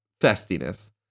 festiness